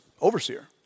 overseer